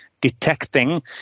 detecting